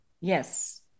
Yes